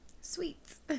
Sweets